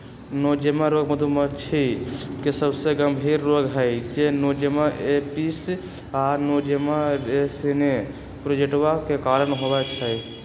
Nosema रोग मधुमाछी के सबसे गंभीर रोग हई जे नोज़ेमा एपिस आ नोज़ेमा सेरेने प्रोटोज़ोआ के कारण होइ छइ